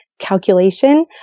calculation